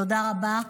תודה רבה.